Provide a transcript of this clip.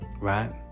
right